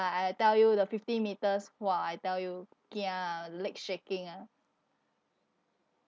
uh I tell you the fifty metres !wah! I tell you leg shaking ah